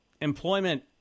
employment